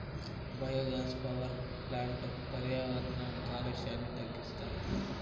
biogas power ప్లాంట్లు పర్యావరణ కాలుష్యాన్ని తగ్గిస్తాయి